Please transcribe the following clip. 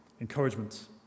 Encouragement